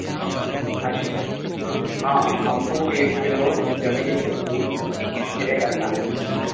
हाँ जी हाँ हमको एक किलो चमेली के फूल क्रे करना है